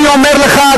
אני אומר לך,